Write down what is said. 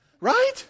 Right